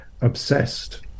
obsessed